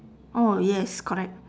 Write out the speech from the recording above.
oh yes correct